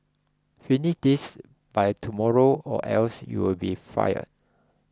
finish this by tomorrow or else you'll be fired